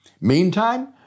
Meantime